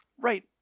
right